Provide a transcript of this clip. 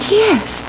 years